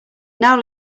now